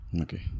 Okay